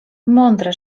mądre